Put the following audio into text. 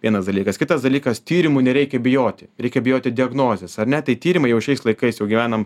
vienas dalykas kitas dalykas tyrimų nereikia bijoti reikia bijoti diagnozės ar ne tai tyrimai jau šiais laikais jau gyvenam